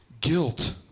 guilt